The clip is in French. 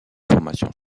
formation